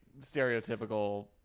stereotypical